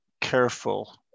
careful